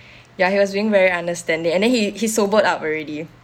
ya he was being very understanding and then he he sobered up already